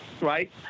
right